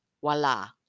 Voila